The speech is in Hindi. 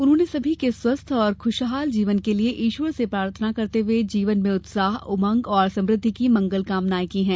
उन्होंने सभी के स्वस्थ और खुशहाल जीवन के लिए ईश्वर से प्रार्थना करते हुए जीवन में उत्साह उमंग और समृद्धि की मंगलकामनाएँ की हैं